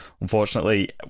Unfortunately